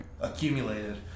accumulated